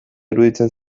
iruditzen